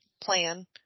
plan